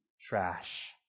Trash